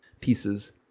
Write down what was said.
pieces